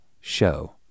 show